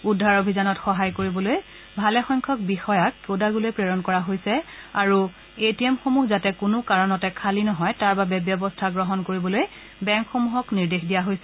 উদ্ধাৰ অভিযানত সহায় কৰিবলৈ ভালেসংখ্যক বিষয়াক কোডাগুলৈ প্ৰেৰণ কৰা হৈছে আৰু এ টি এমসমূহ যাতে কোনো কাৰণতে খালি নহয় তাৰ বাবে ব্যৱস্থা গ্ৰহণ কৰিবলৈ বেংকসমূহক নিৰ্দেশ দিয়া হৈছে